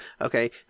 okay